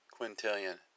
quintillion